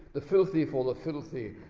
the filthy for the filthy,